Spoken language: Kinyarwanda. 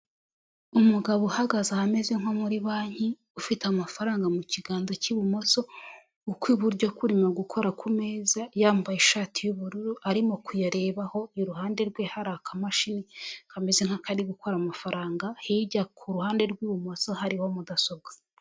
Umugabo uhagaze ahameze nko muri banki ufite amafaranga mu kiganza cy'ibumoso u kw'iburyo kuri mu gukora ku meza, yambaye ishati y'ubururu, arimo kuyarebaho, iruhande rwe hari akamashini kameze nk'akari gukora amafaranga, hirya kuruhande rw'ibumoso hariho mudasobwa.